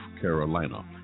Carolina